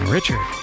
Richard